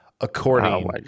according